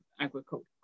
agriculture